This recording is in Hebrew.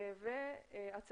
הנושא השני,